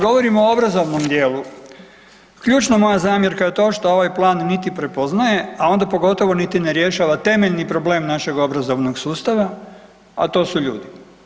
Kad govorimo o obrazovnom dijelu, ključna moja zamjerka je to što ovaj Plan niti prepoznaje, a onda pogotovo niti ne rješava temeljni problem našeg obrazovnog sustava, a to su ljudi.